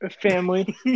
family